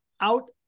out